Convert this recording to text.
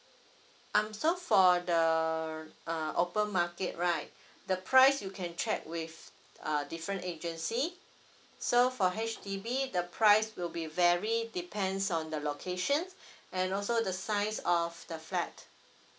um so for the uh open market right the price you can check with uh different agency so for H_D_B the price will be vary depends on the locations and also the size of the flat